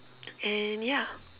and ya